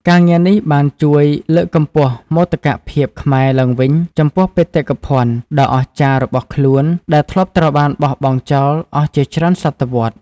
ការងារនេះបានជួយលើកកម្ពស់មោទកភាពខ្មែរឡើងវិញចំពោះបេតិកភណ្ឌដ៏អស្ចារ្យរបស់ខ្លួន ដែលធ្លាប់ត្រូវបានបោះបង់ចោលអស់ជាច្រើនសតវត្សរ៍។